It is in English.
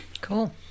cool